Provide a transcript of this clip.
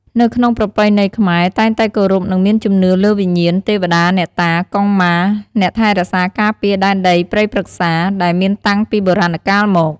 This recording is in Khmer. នៅក្នុងប្រពៃណីខ្មែរតែងតែគោរព និងមានជំនឿលើវិញ្ញាណ ទេវតា អ្នកតា កុងម៉ា អ្នកថែរក្សាការពារដែនដីព្រៃព្រឹក្សា ដែលមានតាំងពីបុរាណកាលមក។